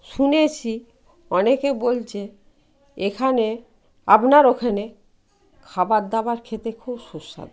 শুনেছি অনেকে বলছে এখানে আপনার ওখানে খাবার দাবার খেতে খুব সুস্বাদু